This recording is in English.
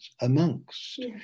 amongst